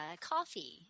coffee